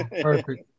perfect